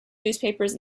newspapers